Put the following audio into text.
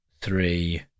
three